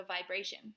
vibration